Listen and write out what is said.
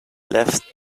left